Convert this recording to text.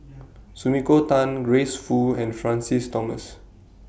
Sumiko Tan Grace Fu and Francis Thomas